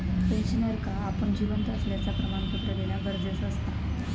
पेंशनरका आपण जिवंत असल्याचा प्रमाणपत्र देना गरजेचा असता